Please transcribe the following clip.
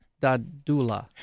Dadula